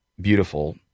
beautiful